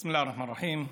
בסם אללה א-רחמאן א-רחים.